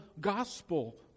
gospel